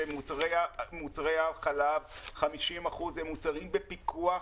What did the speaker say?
ו-50% ממוצרי החלב הם מוצרים בפיקוח,